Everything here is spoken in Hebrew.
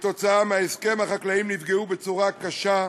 כתוצאה מההסכם החקלאים נפגעו בצורה קשה.